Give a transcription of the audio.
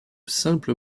simples